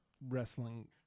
wrestling